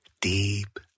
deep